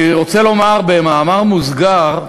אני רוצה לומר במאמר מוסגר,